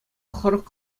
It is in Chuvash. хӑрӑк